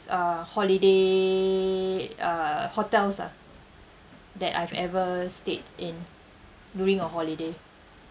uh holiday uh hotels ah that I've ever stayed in during a holiday